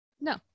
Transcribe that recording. No